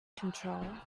control